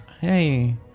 hey